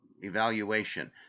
evaluation